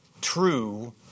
true